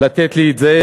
לתת לי את זה,